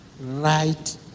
right